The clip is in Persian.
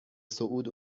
صعود